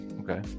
Okay